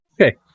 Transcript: Okay